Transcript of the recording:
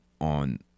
on